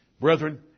Brethren